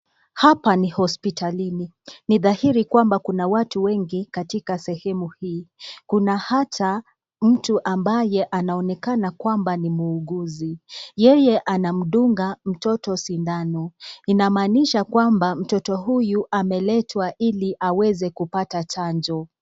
Hapa ni hospitalini, ni dhahiri kwamba kuna watu wengi katika sehemu hii. Kuna hata mtu ambaye anaonekana kwamba ni muuguzi, yeye anamdunga mtoto sindano, inamanisha kwamba mtoto huyu ameletwa ili awezekupata chanjo.